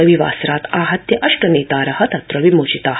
रविवासरात् आहत्य अष्टनेतार विमोचिता